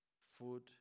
food